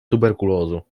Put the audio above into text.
tuberkulózu